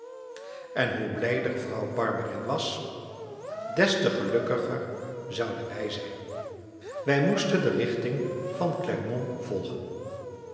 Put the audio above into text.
en hoe blijder vrouw barberin was des te gelukkiger zouden wij zijn wij moesten de richting van clermont volgen